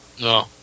No